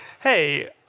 hey